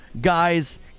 guys